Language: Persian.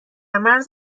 مرز